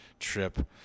Trip